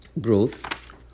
growth